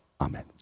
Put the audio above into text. Amen